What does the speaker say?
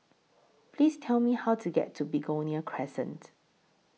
Please Tell Me How to get to Begonia Crescent